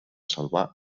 salvà